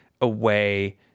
away